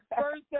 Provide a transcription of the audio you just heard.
first